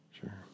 Sure